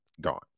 gone